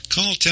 Call